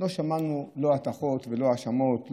לא שמענו לא הטחות ולא האשמות,